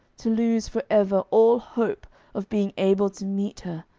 to lose for ever all hope of being able to meet her,